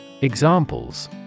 Examples